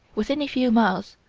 within a few miles,